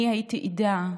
אני הייתי עדה,